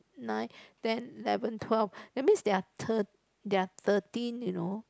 nine ten eleven twelve that means there are thir~ there are thirteen you know